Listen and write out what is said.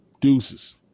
Deuces